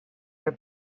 your